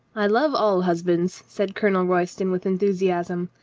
i love all husbands, said colonel royston with enthusiasm.